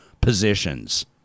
positions